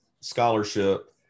scholarship